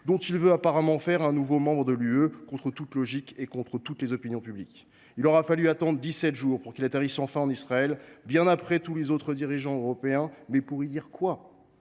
dont il veut apparemment faire un nouveau membre de l’Union européenne, contre toute logique et contre toutes les opinions publiques. Il aura fallu attendre dix sept jours pour qu’il atterrisse enfin en Israël, bien après tous les autres dirigeants européens. Pour y dire quoi ?